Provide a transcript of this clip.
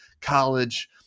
college